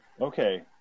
Okay